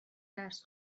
درس